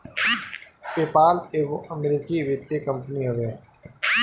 PayPal एगो अमरीकी वित्तीय कंपनी हवे